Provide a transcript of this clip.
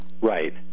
Right